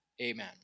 amen